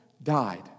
died